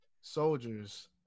soldiers